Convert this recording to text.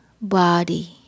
body